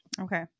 Okay